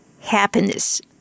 happiness